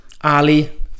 Ali